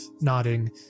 nodding